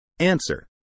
Answer